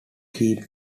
keep